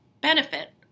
benefit